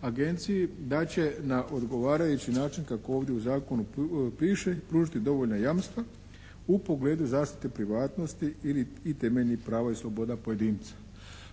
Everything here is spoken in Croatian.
agenciji da će na odgovarajući način kako ovdje u zakonu piše, pružiti dovoljna jamstva u pogledu zaštite privatnosti ili/i temeljnih prava i sloboda pojedinca.